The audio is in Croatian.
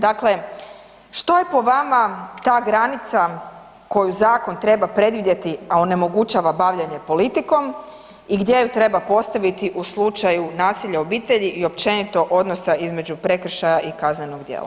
Dakle, što je po vama ta granica koju zakon treba predvidjeti, a onemogućava bavljenje politikom i gdje ju treba postaviti u slučaju nasilja u obitelji i općenito odnosa između prekršaja i kaznenog djela.